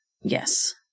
yes